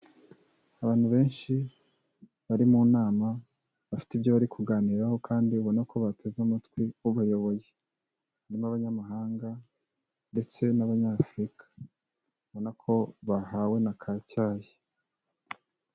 Abantu benshi bari mu nama, bafite ibyo bari kuganiraho kandi ubona ko bateze amatwi ubayoboye. Harimo n'abanyamahanga ndetse n'abanyafurika. Ubona ko bahawe na kacyayi.